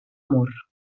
mur